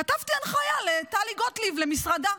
כתבתי הנחיה לטלי גוטליב, למשרדה.